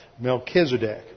Melchizedek